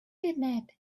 internet